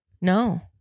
No